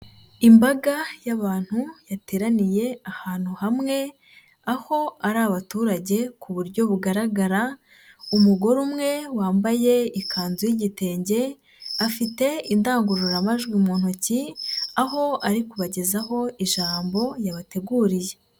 Imbaga y'abantu yateraniye ahantu hamwe, aho ari abaturage ku buryo bugaragara, umugore umwe wambaye ikanzu y'igitenge afite indangururamajwi mu ntoki, aho ari kubagezaho ijambo yabateguriye,